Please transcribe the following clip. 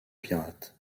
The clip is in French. pirates